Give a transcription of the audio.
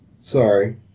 Sorry